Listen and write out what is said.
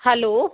hello